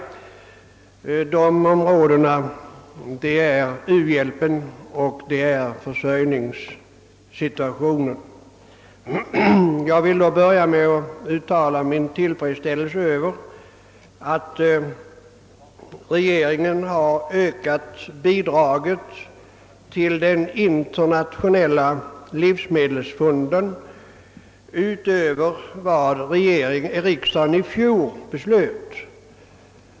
— De områdena är u-hjälpen och försörjningssituationen. Jag vill då börja med att uttala min tillfredsställelse över att regeringen har ökat bidraget till den internationella livsmedelsfonden utöver vad riksdagen i fjol beslöt.